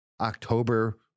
October